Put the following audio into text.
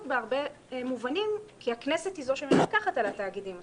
בהרבה מובנים כי הכנסת היא זאת שמפקחת על התאגידים הסטטוטוריים.